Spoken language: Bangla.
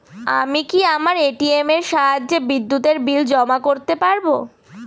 আমি কি আমার এ.টি.এম এর সাহায্যে বিদ্যুতের বিল জমা করতে পারব?